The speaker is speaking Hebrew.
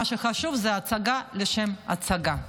מה שחשוב זו ההצגה לשם הצגה,